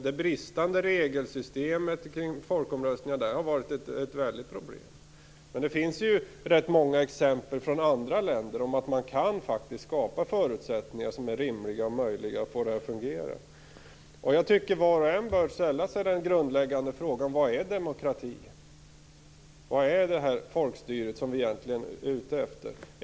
Det bristande regelsystemet kring folkomröstningar har varit ett väldigt problem. Det finns ju rätt många exempel från andra länder på att man faktiskt kan skapa möjligheter som är rimliga, så att man kan få det här att fungera. Jag tycker att var och en bör ställa sig den grundläggande frågan: Vad är demokrati? Vad innebär det här folkstyret som vi egentligen är ute efter?